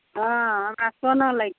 हँ हमरा सोना लैके छै